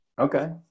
Okay